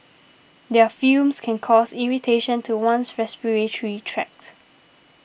their fumes can cause irritation to one's respiratory tract